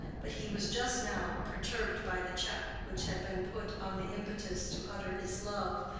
but he was just now perturbed by the check which had been put on the impetus to utter his love,